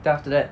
then after that